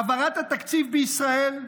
העברת התקציב בישראל,